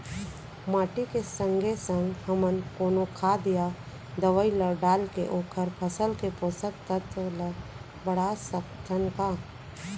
माटी के संगे संग हमन कोनो खाद या दवई ल डालके ओखर फसल के पोषकतत्त्व ल बढ़ा सकथन का?